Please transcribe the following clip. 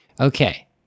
Okay